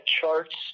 charts